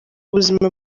ubuzima